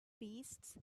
beasts